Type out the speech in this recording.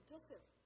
Joseph